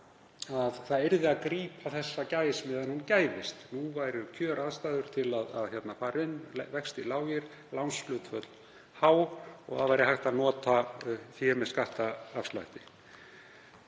að það yrði að grípa þessa gæs meðan hún gæfist. Nú væru kjöraðstæður til að fara inn, vextir lágir, lánshlutföll há og hægt að nota fé með skattafslætti.